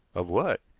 of what?